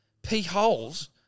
P-holes